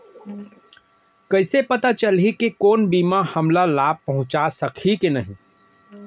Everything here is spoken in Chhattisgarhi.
कइसे पता चलही के कोनो बीमा हमला लाभ पहूँचा सकही के नही